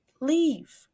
leave